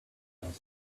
asked